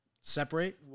separate